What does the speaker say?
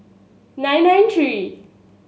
nine nine three